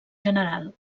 general